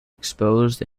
exposed